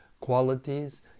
qualities